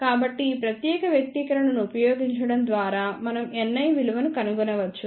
కాబట్టి ఈ ప్రత్యేక వ్యక్తీకరణను ఉపయోగించడం ద్వారా మనం Ni విలువను కనుగొనవచ్చు